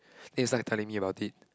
is like telling me about it